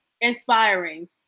inspiring